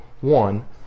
one